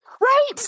Right